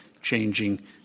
changing